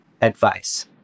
advice